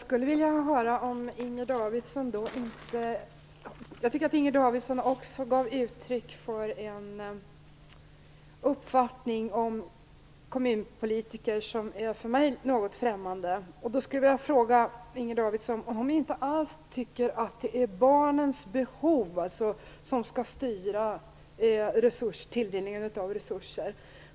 Herr talman! Jag tycker att Inger Davidson gav uttryck för en uppfattning om kommunpolitiker som för mig är något främmande. Jag vill fråga Inger Davidson om hon inte alls tycker att det är barnens behov som skall styra tilldelningen av resurser.